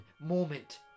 moment